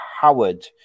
Howard